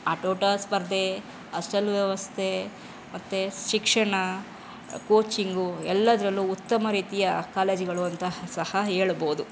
ಆಟೋಟ ಸ್ಪರ್ಧೆ ಹಾಸ್ಟಲ್ ವ್ಯವಸ್ಥೆ ಮತ್ತು ಶಿಕ್ಷಣ ಕೋಚಿಂಗು ಎಲ್ಲದ್ರಲ್ಲೂ ಉತ್ತಮ ರೀತಿಯ ಕಾಲೇಜುಗಳು ಅಂತಹ ಸಹ ಹೇಳ್ಬೋದು